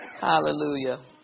Hallelujah